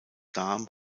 darm